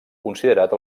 considerat